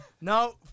No